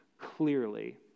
clearly